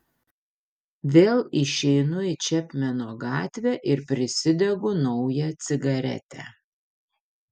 vėl išeinu į čepmeno gatvę ir prisidegu naują cigaretę